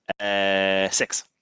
Six